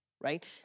right